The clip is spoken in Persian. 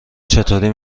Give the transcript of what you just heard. چطوری